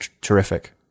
terrific